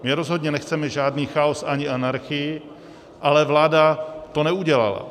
My rozhodně nechceme žádný chaos ani anarchii, ale vláda to neudělala.